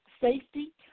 safety